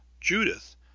Judith